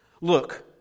Look